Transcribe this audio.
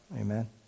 Amen